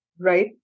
right